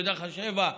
בטווח השבע,